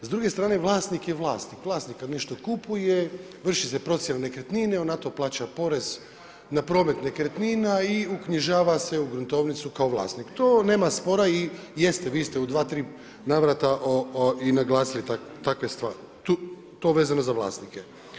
S druge strane vlasnik je vlasnik, vlasnik kada nešto kupuje vrši se procjena nekretnine, on na to plaća porez na promet nekretnina i uknjižava se u gruntovnicu kao vlasnik, to nema spora i jeste vi ste u dva, tri navrata i naglasili takve stvari to vezano za vlasnike.